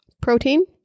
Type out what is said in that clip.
Protein